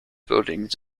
buildings